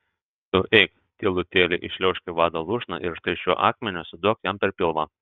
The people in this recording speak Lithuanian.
tu eik tylutėliai įšliaužk į vado lūšną ir štai šiuo akmeniu suduok jam per pilvą